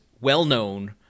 well-known